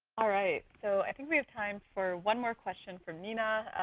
all right, so i think we have time for one more question from nina.